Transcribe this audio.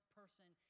person